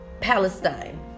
palestine